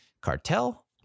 cartel